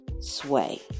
sway